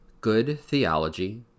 goodtheology